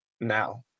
now